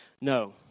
No